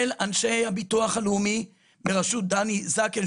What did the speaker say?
אנשי הביטוח הלאומי בראשות דני זקן,